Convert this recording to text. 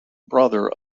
brother